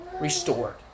restored